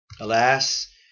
Alas